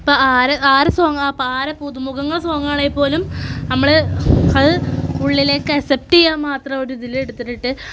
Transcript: ഇപ്പം ആരെ ആരെ സോങ്ങാ ഇപ്പം ആരെ പുതുമുഖങ്ങളുടെ സോങ്ങാണെങ്കിൽപ്പോലും നമ്മൾ അത് ഉള്ളിലേക്ക് ആസ്സെപ്റ്റ് ചെയ്യാൻ മാത്രം ഒരു ഇതിൽ എടുത്തിട്ടുണ്ട്